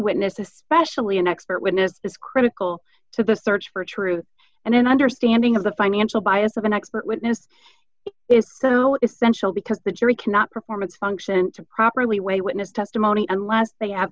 witness especially an expert witness is critical to the search for truth and an understanding of the financial bias of an expert witness is so essential because the jury cannot perform its function to properly weigh witness testimony unless they have